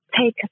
take